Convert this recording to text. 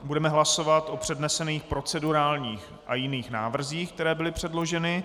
Budeme hlasovat o přednesených procedurálních a jiných návrzích, které byly předloženy.